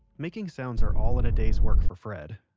making sounds are all in a day's work for fred.